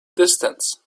distance